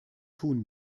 tun